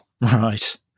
right